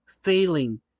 failing